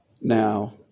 Now